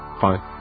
Fine